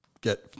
get